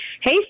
hey